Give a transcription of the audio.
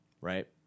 right